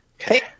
Okay